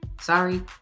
sorry